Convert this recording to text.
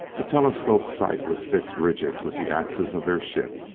a telescope sight was fixed rigid with the axis of their ship.